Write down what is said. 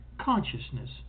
consciousness